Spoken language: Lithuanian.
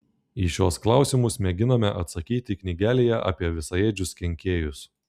į šiuos klausimus mėginame atsakyti knygelėje apie visaėdžius kenkėjus